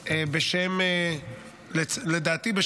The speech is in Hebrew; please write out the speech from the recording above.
לדעתי,